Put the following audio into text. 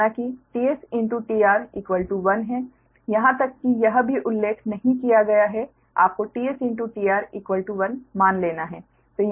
माना कि tS tR 1 है यहां तक कि यह भी उल्लेख नहीं किया गया है आपको tS tR 1 मान लेना है